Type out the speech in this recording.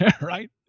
right